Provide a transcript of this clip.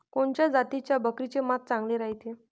कोनच्या जातीच्या बकरीचे मांस चांगले रायते?